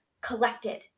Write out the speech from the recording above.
collected